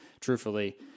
truthfully